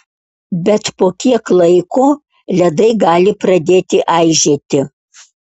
bet po kiek laiko ledai gali pradėti aižėti